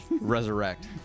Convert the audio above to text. resurrect